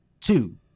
Two